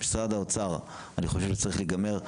משרד האוצר, אני חושב שזה צריך להיגמר.